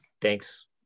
thanks